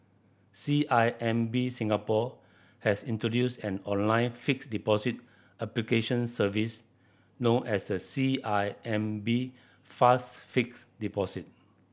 C I M B Singapore has introduced an online fixed deposit application service known as the C I M B Fast Fixed Deposit